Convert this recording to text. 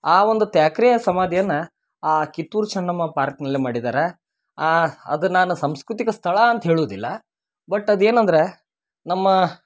ಆ ಒಂದು ತ್ಯಾಕ್ರಿಯ ಸಮಾಧಿಯನ್ನ ಆ ಕಿತ್ತೂರು ಚೆನ್ನಮ್ಮ ಪಾರ್ಕ್ನಲ್ಲಿ ಮಾಡಿದ್ದಾರೆ ಅದು ನಾನು ಸಾಂಸ್ಕೃತಿಕ ಸ್ಥಳ ಅಂತ ಹೇಳುದಿಲ್ಲ ಬಟ್ ಅದು ಏನಂದರೆ ನಮ್ಮ